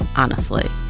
honestly.